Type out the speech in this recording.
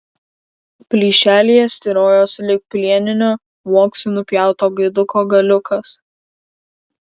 plyšelyje styrojo sulig plieniniu uoksu nupjauto gaiduko galiukas